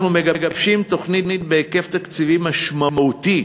אנחנו מגבשים תוכנית בהיקף תקציבי משמעותי